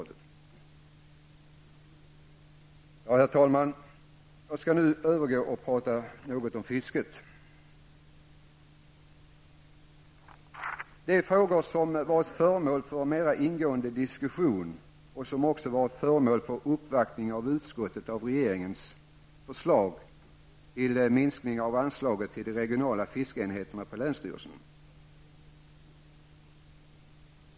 Herr talman! Jag skall nu övergå till att tala något om fisket. De frågor som varit föremål för en mer ingående diskussion, och som också varit föremål för uppvaktning av utskottet, är regeringens förslag till minskning av anslaget till de regionala fiskeenheterna på länsstyrelserna.